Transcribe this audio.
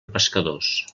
pescadors